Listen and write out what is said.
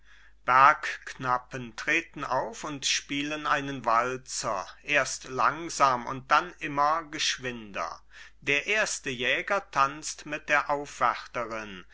bergknappen treten auf und spielen einen walzer erst langsam und dann immer geschwinder der erste jäger tanzt mit der aufwärterin